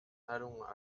allons